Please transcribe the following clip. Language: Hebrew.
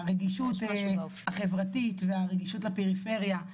הרגישות החברתית והרגישות לפריפריה,